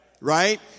Right